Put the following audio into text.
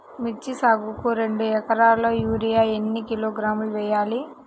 మిర్చి సాగుకు రెండు ఏకరాలకు యూరియా ఏన్ని కిలోగ్రాములు వేయాలి?